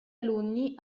alunni